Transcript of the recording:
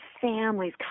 families